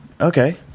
Okay